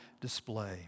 display